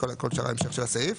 ושאר המשך הסעיף.